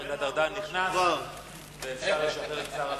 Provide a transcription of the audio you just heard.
השר גלעד ארדן נכנס ואפשר לשחרר את שר החינוך.